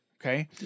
Okay